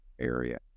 area